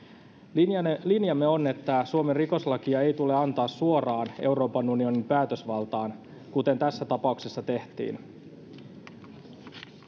linjamme linjamme on että suomen rikoslakia ei tule antaa suoraan euroopan unionin päätösvaltaan kuten tässä tapauksessa tehtiin